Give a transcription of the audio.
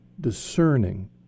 discerning